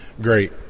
great